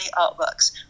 artworks